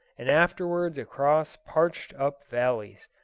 and afterwards across parched up valleys,